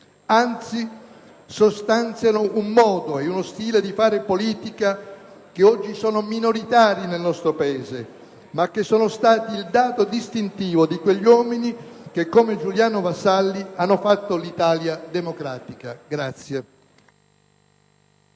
Anzi, sostanziano un modo e uno stile di fare politica che oggi sono minoritari nel nostro Paese, ma che sono stati il dato distintivo di quegli uomini che, come Giuliano Vassalli, hanno fatto l'Italia democratica.